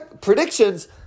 predictions